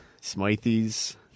Smithies